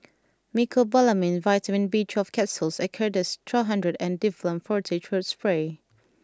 Mecobalamin Vitamin B twelve Capsules Acardust two hundred and Difflam Forte Throat Spray